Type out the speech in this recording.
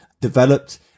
developed